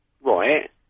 Right